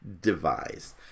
devised